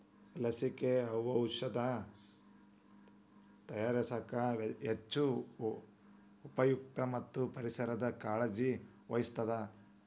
ಲಸಿಕೆ, ಔಔಷದ ತಯಾರಸಾಕ ಹೆಚ್ಚ ಉಪಯುಕ್ತ ಮತ್ತ ಪರಿಸರದ ಕಾಳಜಿ ವಹಿಸ್ತಾವ